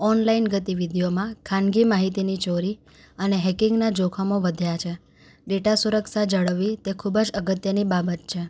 online ગતિવધિઓમાં ખાનગી માહિતીની ચોરી અને હેકિંગનાં જોખમો વધ્યાં છે ડેટા સુરક્ષા જાળવવી તે ખૂબ જ અગત્યની બાબત છે